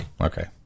Okay